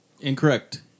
Incorrect